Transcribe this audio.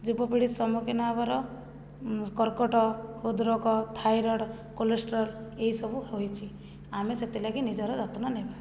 ଯୁବପିଢ଼ି ସମ୍ମୁଖୀନ ହେବାର କର୍କଟ ହୃଦରୋଗ ଥାଇରଏଡ଼୍ କୋଲେଷ୍ଟ୍ରୋଲ୍ ଏଇସବୁ ହୋଇଛି ଆମେ ସେଥିଲାଗି ନିଜର ଯତ୍ନ ନେବା